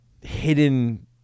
hidden